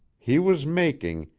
he was making,